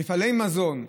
מפעלי מזון,